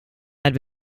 had